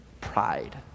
Pride